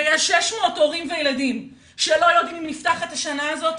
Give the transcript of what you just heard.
ויש 600 הורים וילדים שלא יודעים אם נפתחת השנה הזאת,